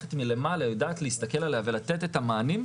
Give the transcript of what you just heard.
שהמערכת מלמעלה יודעת להסתכל עליה ולתת את המענים,